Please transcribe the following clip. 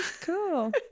cool